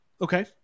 Okay